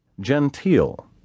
genteel